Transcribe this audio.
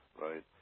right